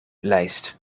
lijst